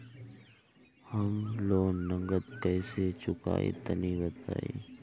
हम लोन नगद कइसे चूकाई तनि बताईं?